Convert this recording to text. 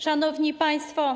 Szanowni Państwo!